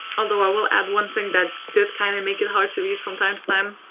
although i will add one thing that did kind of make it hard to read from time to time.